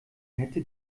hätte